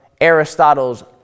Aristotle's